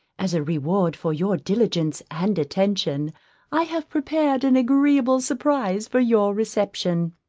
as a reward for your diligence and attention i have prepared an agreeable surprise for your reception.